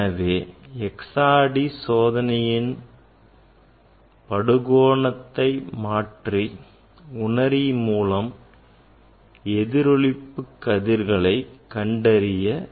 எனவே XRD சோதனையில் படுக்கோணத்தை மாற்றி உணரி மூலம் எதிரொளிப்பு கதிர்களை கண்டறிய வேண்டும்